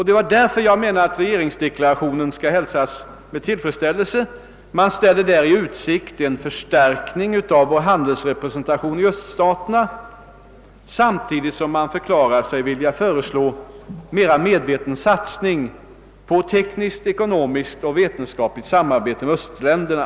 Det var därför jag menade att regeringsdeklarationen skall hälsas med tillfredsställelse; man ställer där i utsikt en förstärk-: ning av vår handelsrepresentation i öststaterna samtidigt som man förklarar sig vilja föreslå en mer medveten satsning på tekniskt, ekonomiskt och vetenskapligt samarbete med östländerna.